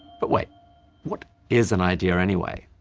but wait what is an idea anyway?